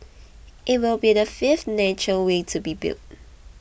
it will be the fifth nature way to be built